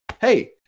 hey